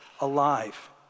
alive